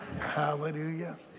Hallelujah